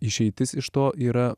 išeitis iš to yra